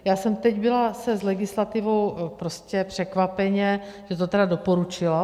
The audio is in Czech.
Já jsem teď byla se s legislativou prostě překvapeně, že to tedy doporučila.